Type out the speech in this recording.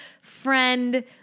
friend